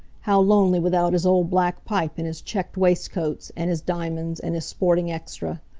how lonely without his old black pipe, and his checked waistcoats, and his diamonds, and his sporting extra.